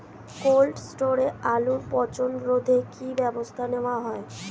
Cold স্টোরে আলুর পচন রোধে কি ব্যবস্থা নেওয়া হয়?